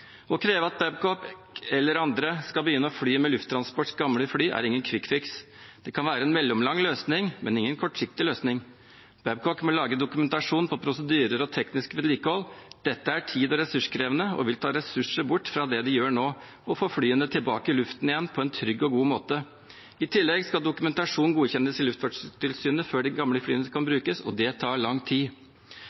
Å kreve at Babcock eller andre skal begynne å fly med Lufttransports gamle fly, er ingen kvikkfiks. Det kan være en mellomlang løsning, men ingen kortsiktig løsning. Babcock må lage dokumentasjon på prosedyrer og teknisk vedlikehold. Dette er tid- og ressurskrevende og vil ta ressurser bort fra det de gjør nå – å få flyene tilbake i luften igjen på en trygg og god måte. I tillegg skal dokumentasjonen godkjennes av Luftfartstilsynet før de gamle flyene kan brukes, og det tar lang tid.